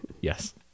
Yes